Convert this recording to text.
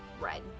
red